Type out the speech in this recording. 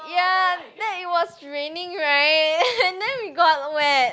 ya that it was raining right and then we got wet